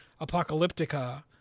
Apocalyptica